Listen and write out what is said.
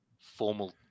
formal